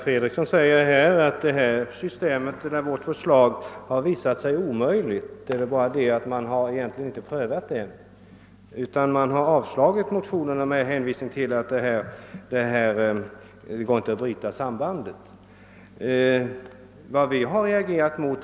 Herr talman! Herr Fredriksson sade att vårt förslag har visat sig omöjligt. Det är väl bara det att man inte har prövat det, utan man har avslagit motionerna med hänvisning till att det inte går att bryta sambandet i försäkringssystemet.